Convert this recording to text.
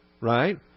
right